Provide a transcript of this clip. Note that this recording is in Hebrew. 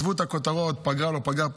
עזבו את הכותרות, פגרה, לא פגרה.